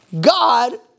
God